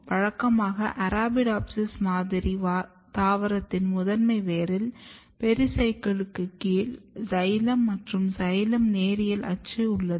வழக்கமாக அரபிடோப்சிஸ் மாதிரி தாவரத்தின் முதன்மை வேரில் பெரிசைக்கிளுக்கு கீழ் சைலம் மற்றும் சைலமின் நேரியல் அச்சு உள்ளது